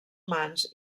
mans